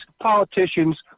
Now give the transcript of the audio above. politicians